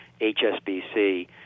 HSBC